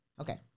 Okay